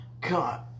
God